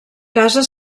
casa